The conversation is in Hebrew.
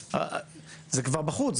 זה כבר בחוץ,